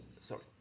Sorry